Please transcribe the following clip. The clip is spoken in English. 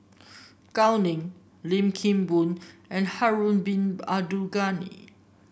Gao Ning Lim Kim Boon and Harun Bin Abdul Ghani